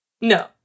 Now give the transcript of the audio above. No